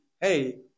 hey